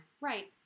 Right